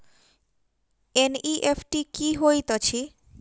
NEFT की होइत अछि?